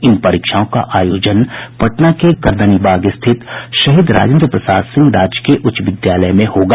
इन परीक्षाओं का आयोजन पटना के गर्दनीबाग स्थित शहीद राजेन्द्र प्रसाद सिंह राजकीय उच्च विद्यालय में होगा